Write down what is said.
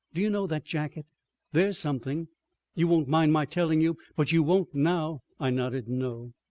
do you know that jacket there's something you won't mind my telling you? but you won't now! i nodded, no.